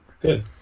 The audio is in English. good